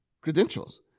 credentials